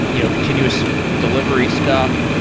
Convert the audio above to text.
you know continuous delivery stuff,